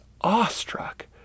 awestruck